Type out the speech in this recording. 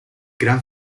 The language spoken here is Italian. gran